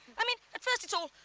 i mean, at first, it's all,